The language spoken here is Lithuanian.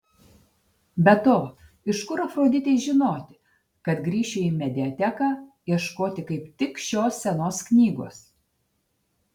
be to iš kur afroditei žinoti kad grįšiu į mediateką ieškoti kaip tik šios senos knygos